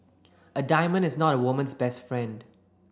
a diamond is not a woman's best friend